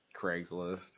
Craigslist